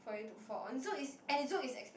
for you to afford and so is so is expensive